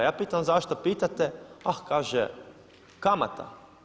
Ja pitam zašto pitate ah kaže, kamata.